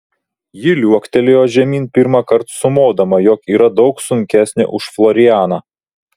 ji liuoktelėjo žemyn pirmąkart sumodama jog yra daug sunkesnė už florianą